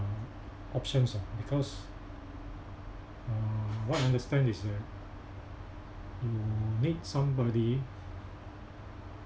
options ah because uh what I understand is that you need somebody